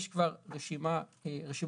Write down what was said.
יש כבר רשימות קיימות.